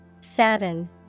Sadden